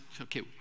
okay